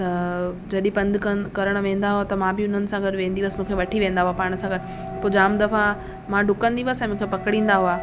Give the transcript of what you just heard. त जॾहिं पंधु कंद करणु वेंदा हुआ त मां बि हुननि सां गॾु वेंदी हुअसि मूंखे वठी वेंदा हुआ पाण सां गॾु पोइ जाम दफ़ा मां डुकंदी हुअसि ऐं मूंखे पकिड़ींदा हुआ